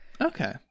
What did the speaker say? Okay